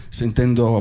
sentendo